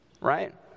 right